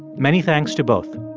many thanks to both